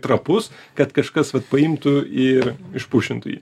trapus kad kažkas vat paimtų ir išpušintų jį